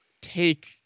take